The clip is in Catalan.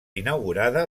inaugurada